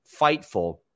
fightful